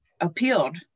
appealed